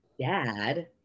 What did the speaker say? dad